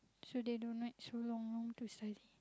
so they don't like so long long to study